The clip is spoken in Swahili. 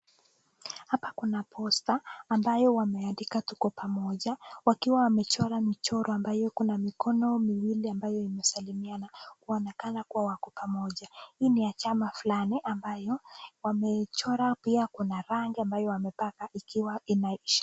Hapa kuna posta ambayo wameandika tuko pamoja, wakiwa wamechora michoro ambayo iko na mikono miwili ambayo inasalimiana, kuonekana kuwa wako pamoja. Hii ni ya chama fulani ambayo wamechora pia kuna rangi ambayo wamepaka ikiwa inaisha.